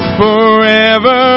forever